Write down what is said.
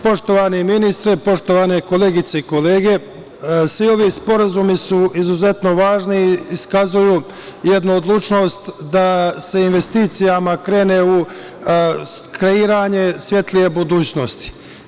Poštovani ministre, poštovane koleginice i kolege, svi ovi sporazumi su izuzetno važni i iskazuju jednu odlučnost da se investicijama krene u kreiranje svetlije budućnosti.